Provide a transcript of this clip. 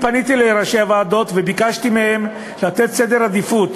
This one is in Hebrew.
פניתי לראשי הוועדות וביקשתי מהם לקיים סדר עדיפויות